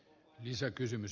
herra puhemies